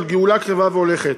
של גאולה קרבה והולכת.